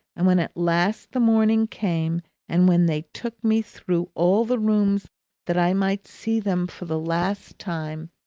and when at last the morning came and when they took me through all the rooms that i might see them for the last time,